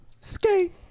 Skate